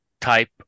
type